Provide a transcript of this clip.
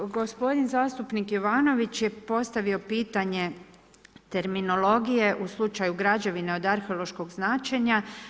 Gospodin zastupnik Jovanović je postavio pitanje terminologije u slučaju građevina od arheološkog značenja.